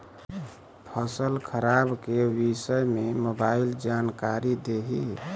फसल खराब के विषय में मोबाइल जानकारी देही